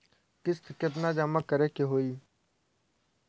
किस्त केतना जमा करे के होई?